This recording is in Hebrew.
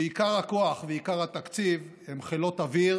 ועיקר הכוח ועיקר התקציב הם חילות אוויר